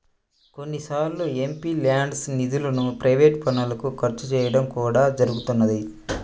కొన్నిసార్లు ఎంపీల్యాడ్స్ నిధులను ప్రైవేట్ పనులకు ఖర్చు చేయడం కూడా జరుగుతున్నది